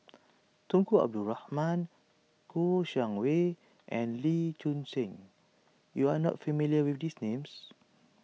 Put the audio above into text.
Tunku Abdul Rahman Kouo Shang Wei and Lee Choon Seng you are not familiar with these names